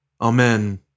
Amen